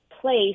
place